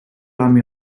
army